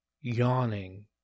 yawning